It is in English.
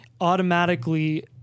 automatically